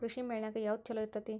ಕೃಷಿಮೇಳ ನ್ಯಾಗ ಯಾವ್ದ ಛಲೋ ಇರ್ತೆತಿ?